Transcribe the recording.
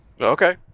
Okay